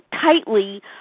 tightly